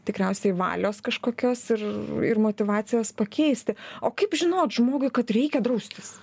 tikriausiai valios kažkokios ir ir motyvacijos pakeisti o kaip žinot žmogui kad reikia draustis